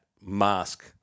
mask